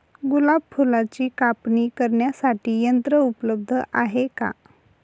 गुलाब फुलाची कापणी करण्यासाठी यंत्र उपलब्ध आहे का?